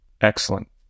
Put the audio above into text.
Excellent